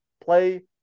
play